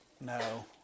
No